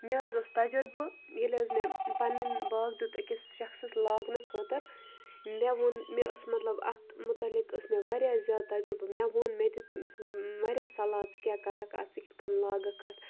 مےٚ حظ اوس تجُربہٕ ییٚلہِ حظ مےٚ پَنٕنۍ باغ دیُت أکِس شخصَس لاگنہٕ خٲطر مےٚ ووٚن مےٚ ٲس مطلب اَتھ متعلق ٲس مےٚ واریاہ زیادٕ تَجُربہٕ مےٚ ووٚن مےٚ دِژ تٔمِس واریاہ صلاح ژٕ کیٛاہ کَرَکھ اَتھ ژٕ کِتھ کٔنۍ لاگَکھ اَتھ